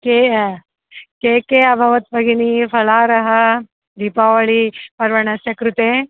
के के के अभवत् भगिनि फलाहारः दीपावलिपर्वणः कृते